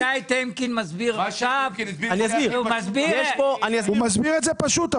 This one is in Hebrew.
הוא מסביר את זה פשוט,